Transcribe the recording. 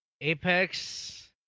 Apex